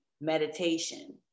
meditation